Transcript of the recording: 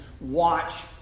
watch